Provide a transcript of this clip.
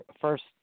first